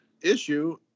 issue